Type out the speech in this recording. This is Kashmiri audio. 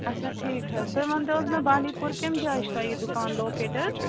اچھا ٹھیٖک حظ تُہۍ ؤنۍ تَو حظ مےٚ بانٛڈی پوٗر کمہِ جایہِ چھُو تۄہہِ یہِ دُکان لوکیٹ حظ